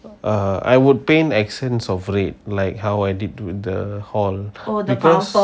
err I would paint accents of red like how I did to the hall because